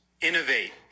innovate